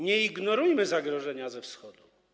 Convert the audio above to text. Nie ignorujmy zagrożenia ze Wschodu.